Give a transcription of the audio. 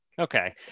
okay